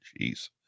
Jeez